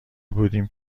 بودیم